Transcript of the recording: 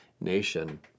nation